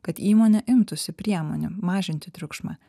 kad įmonė imtųsi priemonių mažinti triukšmą